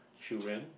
children